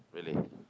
really